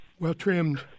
Well-trimmed